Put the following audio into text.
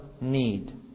need